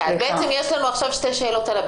בינתיים יש לנו שתי שאלות.